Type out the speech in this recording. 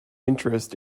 interest